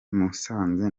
musanze